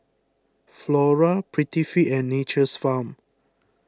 Flora Prettyfit and Nature's Farm